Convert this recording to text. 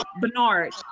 Bernard